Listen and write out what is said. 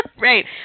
Right